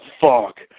fuck